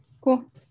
cool